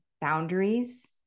boundaries